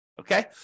Okay